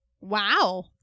Wow